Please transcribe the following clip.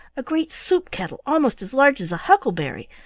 a great soup-kettle almost as large as a huckleberry,